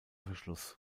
verschluss